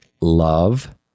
love